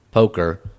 Poker